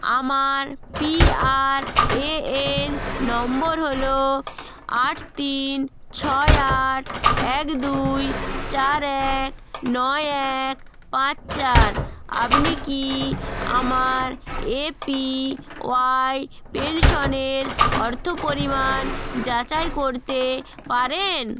আমার পিআরএএন নম্বর হল আট তিন ছয় আট এক দুই চার এক নয় এক পাঁচ চার আপনি কি আমার এপি ওয়াই পেনশনের অর্থপরিমাণ যাচাই করতে পারেন